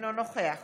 אינו נוכח